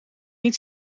niet